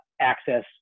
access